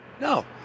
No